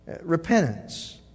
Repentance